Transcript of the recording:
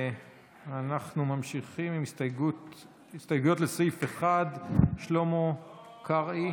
אנחנו ממשיכים עם הסתייגויות לסעיף 1, שלמה קרעי.